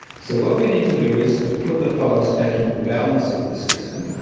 so what we need to do is to put the forest back into balance with the system.